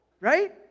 right